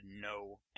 no